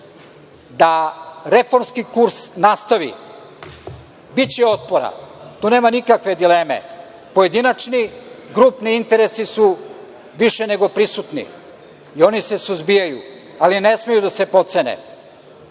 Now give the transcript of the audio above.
da reformski kurs nastavi. Biće otpora, tu nema nikakve dileme. Pojedinačni i grupni interesi su više nego prisutni i oni se suzbijaju, ali ne smeju da se potcene.